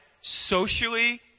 socially